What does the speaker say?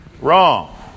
Wrong